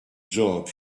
job